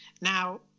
Now